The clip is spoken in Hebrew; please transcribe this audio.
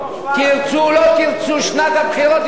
תרצו או לא תרצו, שנת הבחירות התחילה.